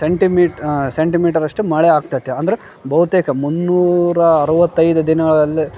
centi meet ಸೆಂಟಿ ಮೀಟರಷ್ಟು ಮಳೆ ಆಗ್ತೈತೆ ಅಂದ್ರೆ ಬಹುತೇಕ ಮುನ್ನೂರ ಅರವತೈದು ದಿನಗಳಲ್ಲಿ